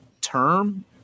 term